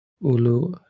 Ulu